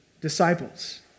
disciples